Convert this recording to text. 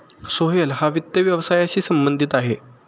सोहेल हा वित्त व्यवसायाशी संबंधित आहे